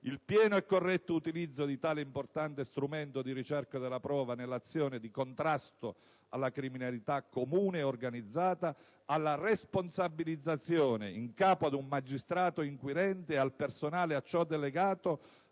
al pieno e corretto utilizzo di tale importante strumento di ricerca della prova nell'azione di contrasto alla criminalità comune e organizzata, a responsabilizzare in capo ad un magistrato inquirente e al personale a ciò delegato